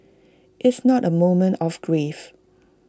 it's not A moment of grief